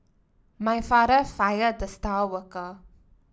my father fired the star worker